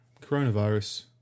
coronavirus